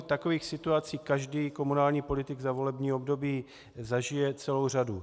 Takových situací každý komunální politik za volební období zažije celou řadu.